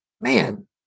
man